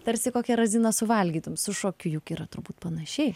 tarsi kokią raziną suvalgytum su šokiu juk yra turbūt panašiai